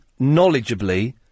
knowledgeably